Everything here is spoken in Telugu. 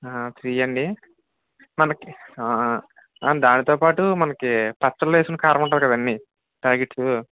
త్రీ అండి మనకు దాంతోపాటు మనకు పచ్చళ్ళలో వేసుకునే కారం ఉంటుంది కదండి ప్యాకెట్లు